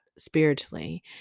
spiritually